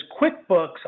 QuickBooks